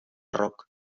rock